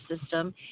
system